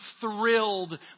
thrilled